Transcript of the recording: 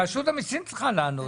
רשות המיסים צריכה לענות,